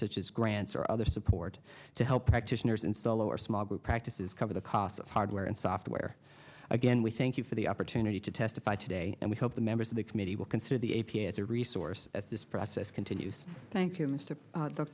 such as grants or other support to help practitioners and fellow or small group practices cover the cost of hardware and software again we thank you for the opportunity to testify today and we hope the members of the committee will consider the a p a as a resource at this process continues thank you mis